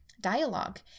dialogue